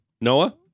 Noah